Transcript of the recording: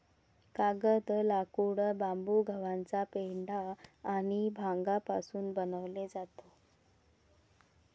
कागद, लाकूड, बांबू, गव्हाचा पेंढा आणि भांगापासून बनवले जातो